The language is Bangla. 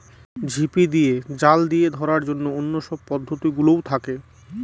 ঝিপি দিয়ে, জাল দিয়ে ধরার অন্য সব পদ্ধতি গুলোও থাকে